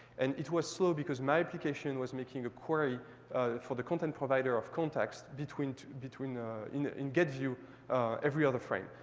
and it was slow because my application was making a query for the content provider of contacts between between in ah in get view every other frame.